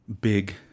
big